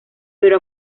pero